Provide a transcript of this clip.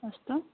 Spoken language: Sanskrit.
अस्तु